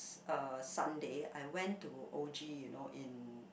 uh Sunday I went to O_G you know in